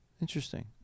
Interesting